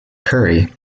currie